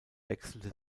wechselte